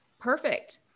perfect